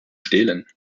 stehlen